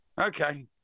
Okay